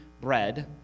bread